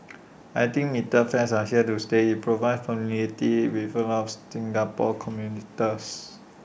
I think metered fares are here to stay IT provides familiarity with A lot of Singapore